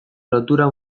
lotura